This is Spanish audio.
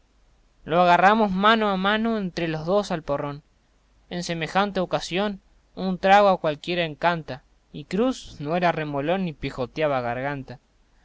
lo agarramos mano a mano entre los dos al porrón en semejante ocasión un trago a cualquiera encanta y cruz no era remolón ni pijotiaba garganta